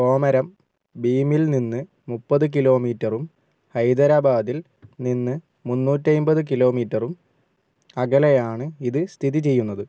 കോമരം ബീമിൽ നിന്ന് മുപ്പത് കിലോമീറ്ററും ഹൈദരാബാദിൽ നിന്ന് മുന്നൂറ്റിയൻപത് കിലോമീറ്ററും അകലെയാണ് ഇത് സ്ഥിതിചെയ്യുന്നത്